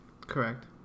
Correct